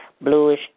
bluish